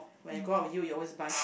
when I go out with you you always buy